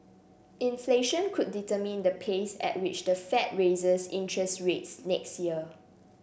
inflation could determine the pace at which the Fed raises interest rates next year